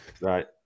Right